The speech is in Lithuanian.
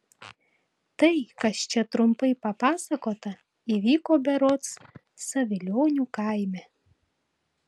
tai kas čia trumpai papasakota įvyko berods savilionių kaime